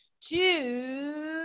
two